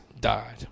died